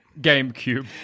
GameCube